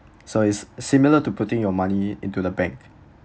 so it's similar to putting your money into the bank